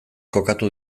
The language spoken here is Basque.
kokatu